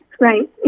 Right